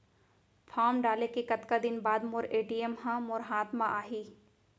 Form डाले के कतका दिन बाद मोर ए.टी.एम ह मोर हाथ म आही?